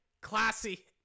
classy